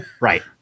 Right